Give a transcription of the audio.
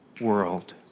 world